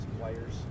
players –